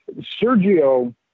Sergio